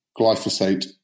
glyphosate